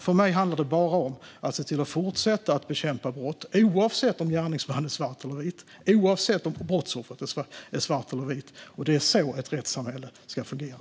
För mig handlar det bara om att se till att fortsätta att bekämpa brott - oavsett om gärningsmannen är svart eller vit, oavsett om brottsoffret är svart eller vit. Det är så ett rättssamhälle ska fungera.